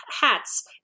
hats